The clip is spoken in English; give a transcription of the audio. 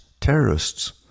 terrorists